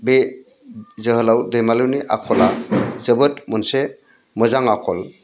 बे जोहोलाव दैमालुनि आखला जोबोद मोनसे मोजां आखल